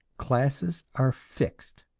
classes are fixed,